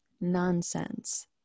nonsense